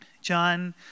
John